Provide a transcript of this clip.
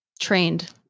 trained